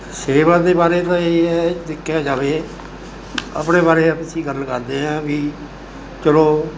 ਸੇਵਾ ਦੇ ਬਾਰੇ ਤਾਂ ਇਹ ਹੀ ਹੈ ਦੇਖਿਆ ਜਾਵੇ ਆਪਣੇ ਬਾਰੇ ਅਸੀਂ ਗੱਲ ਕਰਦੇ ਐਂ ਵੀ ਚਲੋ